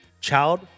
child